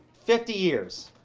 fifty years,